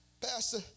Pastor